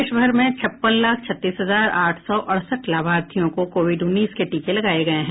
देशभर में छप्पन लाख छत्तीस हजार आठ सौ अड़सठ लाभार्थियों को कोविड उन्नीस के टीके लगाए गए हैं